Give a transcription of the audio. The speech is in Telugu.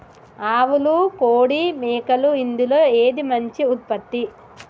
ఆవులు కోడి మేకలు ఇందులో ఏది మంచి ఉత్పత్తి?